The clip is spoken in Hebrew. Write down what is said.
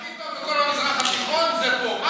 הכי טוב בכל המזרח התיכון זה פה.